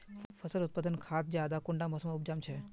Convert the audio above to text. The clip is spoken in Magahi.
फसल उत्पादन खाद ज्यादा कुंडा मोसमोत उपजाम छै?